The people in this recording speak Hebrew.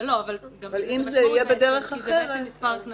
אבל אם זה יהיה בדרך אחרת ----- מספר קנסות.